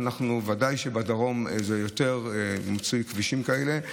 ובוודאי שבדרום מצויים יותר כבישים שכאלה.